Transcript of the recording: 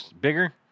bigger